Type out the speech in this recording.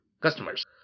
customers